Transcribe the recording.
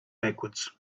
backwards